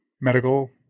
Medical